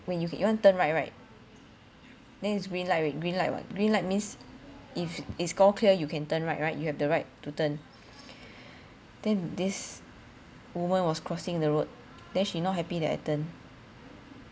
when you you want turn right right then it's green light alre~ green light what green light means if it's all clear you can turn right right you have the right to turn then this woman was crossing the road then she not happy that I turn